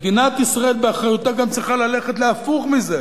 מדינת ישראל באחריותה גם צריכה ללכת להפוך מזה.